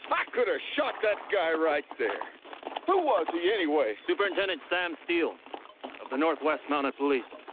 like coulda shot that guy right there. who was he anyway? superintendent sam steele of the north west mounted police.